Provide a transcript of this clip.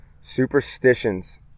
Superstitions